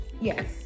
Yes